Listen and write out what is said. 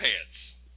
pants